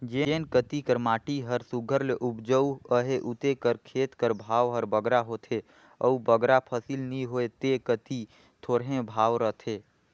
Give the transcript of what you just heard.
जेन कती कर माटी हर सुग्घर ले उपजउ अहे उते कर खेत कर भाव हर बगरा होथे अउ बगरा फसिल नी होए ते कती थोरहें भाव रहथे